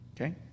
Okay